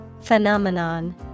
Phenomenon